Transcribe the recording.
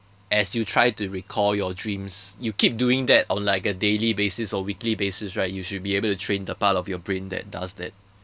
as you try to recall your dreams you keep doing that on like a daily basis or weekly basis right you should be able to train the part of your brain that does that